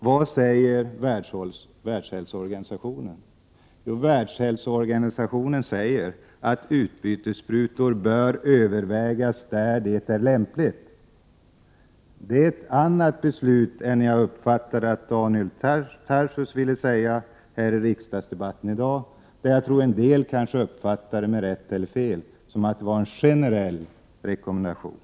Vad säger Världshälsoorganisationen? Jo, WHO säger att utbytessprutor bör övervägas där det är lämpligt. Det är ett annat beslut än vad jag uppfattade att Daniel Tarschys ville hävda i riksdagsdebatten i dag. Jag tror att en del — rätt eller felaktigt — uppfattade det som en generell rekommendation.